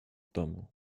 domu